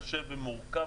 קשה ומורכב,